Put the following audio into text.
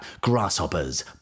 grasshoppers